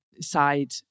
side